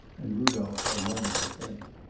and rudolph had a moment to think.